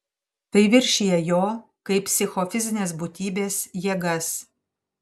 tai viršija jo kaip psichofizinės būtybės jėgas